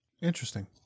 Interesting